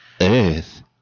Earth